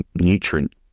nutrient